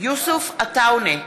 יוסף עטאונה,